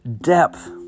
depth